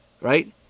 right